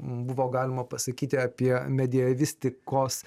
buvo galima pasakyti apie medievistikos